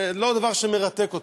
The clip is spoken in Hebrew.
זה לא דבר שמרתק אותי.